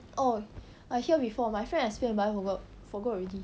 orh I hear before my friend explain but I forgot forgot already